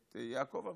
את יעקב עמידרור,